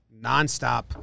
nonstop